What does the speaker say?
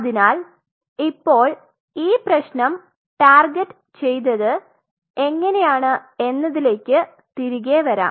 അതിനാൽ ഇപ്പോൾ ഈ പ്രെശ്നം ടാർഗറ്റ് ചെയ്തത് എങ്ങനെയാണ് എന്നതിലേക്ക് തിരികെ വരം